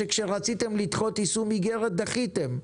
שכשרציתם לדחות יישום אגרת דחיתם,